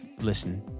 listen